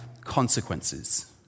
consequences